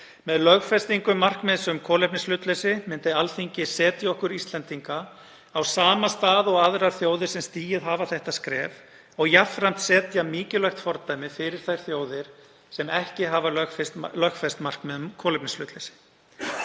Með lögfestingu markmiðs um kolefnishlutleysi myndi Alþingi setja okkur Íslendinga á sama stað og aðrar þjóðir sem stigið hafa þetta skref og jafnframt setja mikilvægt fordæmi fyrir þær þjóðir sem ekki hafa lögfest markmið um kolefnishlutleysi.